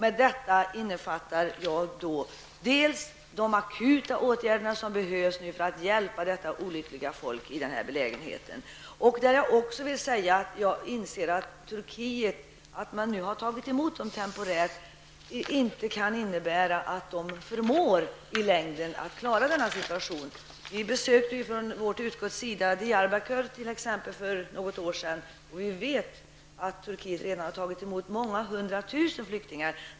I detta innefattar jag de akuta åtgärder som behövs för att hjälpa detta olyckliga folk i denna belägenhet. Jag inser att det faktum att man nu temporärt har tagit emot dessa människor i Turkiet inte kan innebära att de i längden förmår att klara denna situation. Utskottet besökte t.ex. Diyarbakyr för något år sedan, och vi vet att Turkiet redan har tagit emot många hundra tusen flyktingar.